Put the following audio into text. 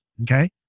Okay